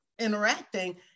interacting